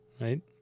right